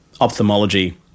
ophthalmology